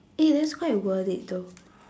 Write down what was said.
eh that's quite worth it though